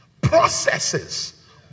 Processes